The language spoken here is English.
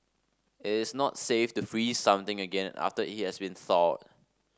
it is not safe to freeze something again after it has been thawed